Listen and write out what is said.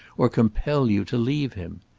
or compel you to leave him.